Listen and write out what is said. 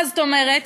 מה זאת אומרת?